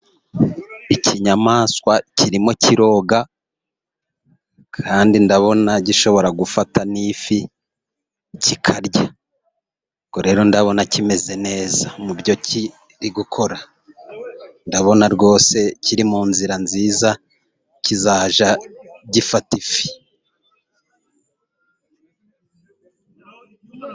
Ikinyamaswa kirimo kiroga, kandi ndabona gishobora gufata n'ifi kikarya. Ubwo rero ndabona kimeze neza, mu byo kiri gukora. Ndabona rwose kiri mu nzira nziza kizajya gifata ifi.